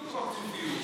דו-פרצופיות.